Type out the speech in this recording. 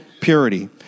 purity